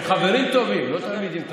הם חברים טובים, לא תלמידים טובים.